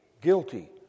guilty